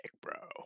bro